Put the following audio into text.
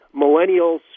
millennials